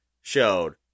showed